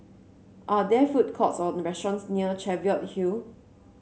are there food courts or restaurants near Cheviot Hill